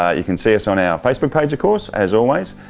ah you can see us on our facebook page of course, as always.